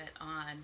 on